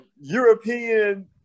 European